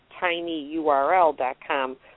tinyurl.com